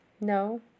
No